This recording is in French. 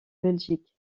belgique